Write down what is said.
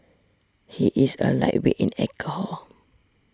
he is a lightweight in alcohol